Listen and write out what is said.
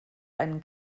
einen